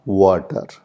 water